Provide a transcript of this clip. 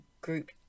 Group